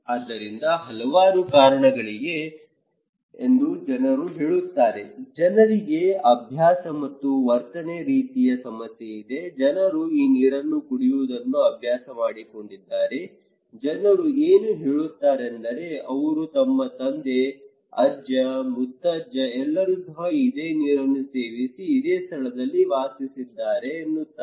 ಆದ್ದರಿಂದ ಹಲವಾರು ಕಾರಣಗಳಿವೆ ಎಂದು ಜನರು ಹೇಳುತ್ತಾರೆ ಜನರಿಗೆ ಅಭ್ಯಾಸ ಮತ್ತು ವರ್ತನೆಯ ರೀತಿಯ ಸಮಸ್ಯೆ ಇದೆ ಜನರು ಈ ನೀರನ್ನು ಕುಡಿಯುವುದನ್ನು ಅಭ್ಯಾಸ ಮಾಡಿಕೊಂಡಿದ್ದಾರೆ ಜನರು ಏನು ಹೇಳುತ್ತಾರೆಂದರೆ ಅವರು ತಮ್ಮ ತಂದೆ ಅಜ್ಜ ಮುತ್ತಜ್ಜ ಎಲ್ಲರೂ ಸಹ ಇದೇ ನೀರನ್ನು ಸೇವಿಸಿ ಇದೇ ಸ್ಥಳದಲ್ಲಿ ವಾಸಿಸಿದ್ದಾರೆ ಎನ್ನುತ್ತಾರೆ